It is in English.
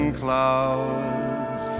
clouds